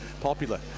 popular